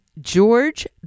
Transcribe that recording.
George